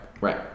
Right